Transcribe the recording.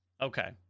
Okay